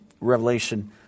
revelation